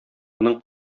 моның